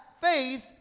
faith